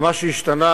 מה שהשתנה,